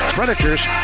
Predators